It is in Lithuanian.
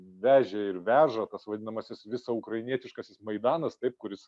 vežė ir veža tas vadinamasis visa ukrainietiškasis maidanas taip kuris